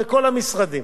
וכל המשרדים.